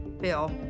Bill